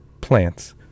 plants